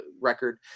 record